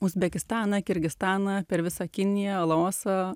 uzbekistaną kirgizstaną per visą kiniją laosą